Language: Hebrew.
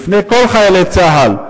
בפני כל חיילי צה"ל,